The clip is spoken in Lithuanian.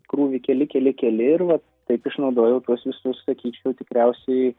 krūvį keli keli keli ir vat taip išnaudojau tuos visus sakyčiau tikriausiai